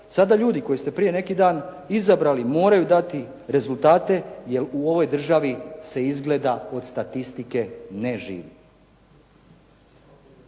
Sada ljudi koje ste prije neki dan izabrali moraju dati rezultate jer u ovoj državi se izgleda od statistike ne živi.